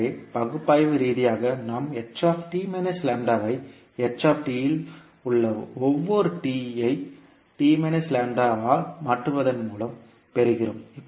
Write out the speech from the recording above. எனவே பகுப்பாய்வு ரீதியாக நாம் ஐ இல் உள்ள ஒவ்வொரு t ஐ ஆல் மாற்றுவதன் மூலம் பெறுகிறோம்